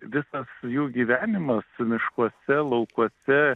visas jų gyvenimas miškuose laukuose